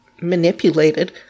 manipulated